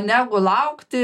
negu laukti